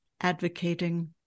advocating